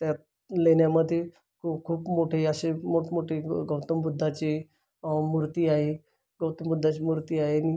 त्यात लेण्यामध्ये खू खूप मोठे असे मोठमोठे गौतम बुद्धाचे मूर्ती आहे गौतम बुद्धाची मूर्ती आहे